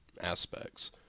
aspects